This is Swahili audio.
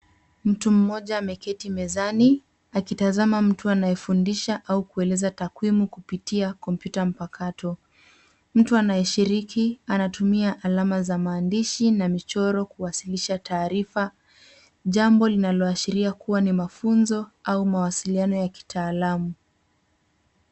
Mtu mmoja ameketi mezani akitazama mtu anayefundisha au kueleza takwimu kupitia kompyuta mpakato. Mtu anayeshiriki anatumia alama za maandishi na michoro kuwasilisha taarifa, jambo linaloashiria kuwa ni mafunzo au mawasiliano ya kitaalamu.